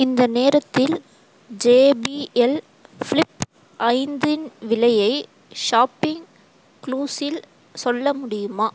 இந்த நேரத்தில் JBL flip ஐந்தின் விலையை ஷாப்பிங் க்ளூஸில் சொல்ல முடியுமா